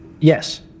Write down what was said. yes